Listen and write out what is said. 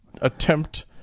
attempt